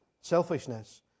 selfishness